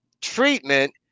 treatment